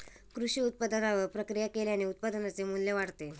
कृषी उत्पादनावर प्रक्रिया केल्याने उत्पादनाचे मू्ल्य वाढते